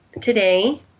today